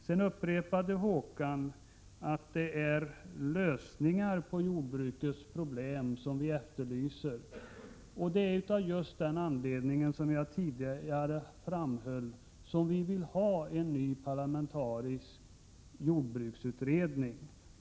Håkan Strömberg upprepade att det är lösningar på jordbrukets problem som vi efterlyser. Som jag tidigare framhöll är det av just den anledningen — för att få lösningar på våra problem — som vi vill ha en ny parlamentarisk jordbruksutredning.